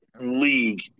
league